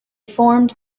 formed